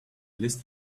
list